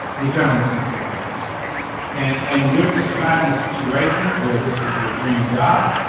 the adrenaline's going to kick in and and you're describing a situation where this is your dream job.